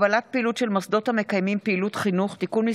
(הגבלת פעילות של מוסדות המקיימים פעילות חינוך) (תיקון מס'